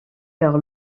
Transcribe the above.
car